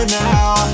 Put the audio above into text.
now